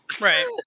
right